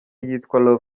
yitwa